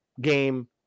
game